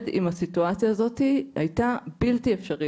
עם הסיטואציה הזאת הייתה בלתי אפשרית.